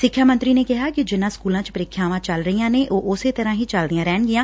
ਸਿੱਖਿਆ ਮੰਤਰੀ ਨੇ ਕਿਹੈ ਕਿ ਜਿਨਾਂ ਸਕੁਲਾਂ ਚ ਪ੍ਰੀਖਿਆਵਾਂ ਚੱਲ ਰਹੀਆਂ ਨੇ ਉਹ ਉਸੇ ਤਰੁਾਂ ਹੀ ਚਲਦੀਆਂ ਰਹਣਗੀਆਂ